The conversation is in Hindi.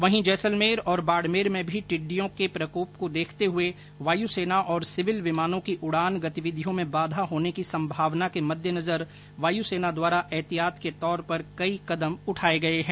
वहीं जैसलमेर और बाड़मेर में भी टिड्डियों का प्रकोप को देखते हुए वायुसेना और सिविल विमानों की उडान गतिविधियों में बाधा होने की संभावना के मद्देनजर वायुसेना द्वारा ऐहतियात के तौर पर कई कदम उठाए गए है